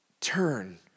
turn